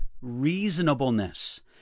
reasonableness